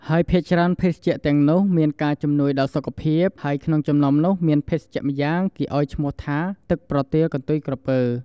ហើយភាគច្រើនភេសជ្ជៈទាំងនោះ មានការជំនួយដល់សុខភាព ហើយក្នុងចំណោមនោះមានភេសជ្ជៈម្យ៉ាងគេអោយឈ្មោះថា ទឹកប្រទាលកន្ទុយក្រពើ។